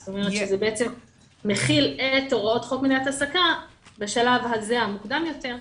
זאת אומרת שזה מכיל את הוראות חוק מניעת העסקה בשלב הזה המוקדם יותר,